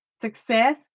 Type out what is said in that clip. success